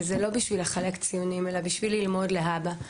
וזה לא בשביל לחלק ציונים אלא בשביל ללמוד להבא,